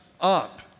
up